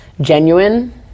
genuine